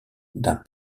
d’un